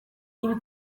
ibi